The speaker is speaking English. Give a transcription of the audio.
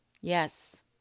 Yes